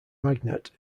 magnet